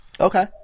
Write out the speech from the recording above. Okay